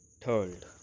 third